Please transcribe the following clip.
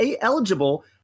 eligible